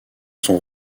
son